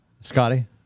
Scotty